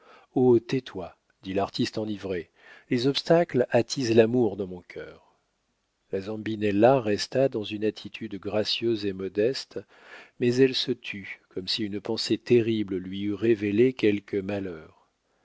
tais-toi dit l'artiste enivré les obstacles attisent l'amour dans mon cœur la zambinella resta dans une attitude gracieuse et modeste mais elle se tut comme si une pensée terrible lui eût révélé quelque malheur